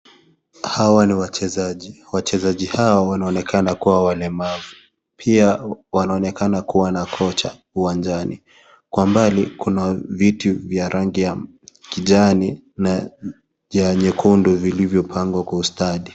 Hawa ni wachezaji, wachezaji hawa wanaonekana kuwa walemavu pia wanaonekana kuwa na kocha uwanjani. Kwa mbali kuna viti vya rangi ya kijani na vya nyekundu vilivyopangwa kwa ustadi.